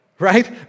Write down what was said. Right